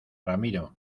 ramiro